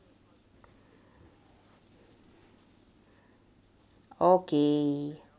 okay